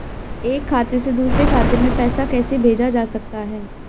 एक खाते से दूसरे खाते में पैसा कैसे भेजा जा सकता है?